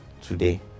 today